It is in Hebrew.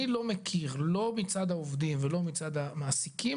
אני לא מכיר לא מצד העובדים ולא מצד המעסיקים